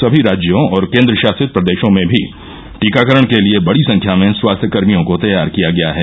समी राज्यों और केंद्र शासित प्रदेशों में भी टीकाकरण के लिए बड़ी संख्या में स्वास्थ्यकर्मियों को तैयार किया गया है